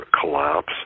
collapse